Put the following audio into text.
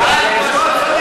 יורים בו על המקום.